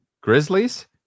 Grizzlies